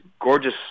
gorgeous